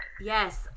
Yes